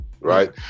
right